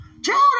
Judas